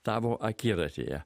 tavo akiratyje